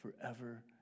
forever